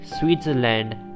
Switzerland